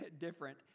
different